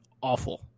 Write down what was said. awful